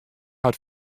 hat